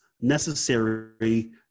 necessary